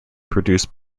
produced